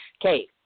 Okay